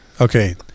Okay